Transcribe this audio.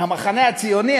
המחנה הציוני,